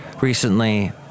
Recently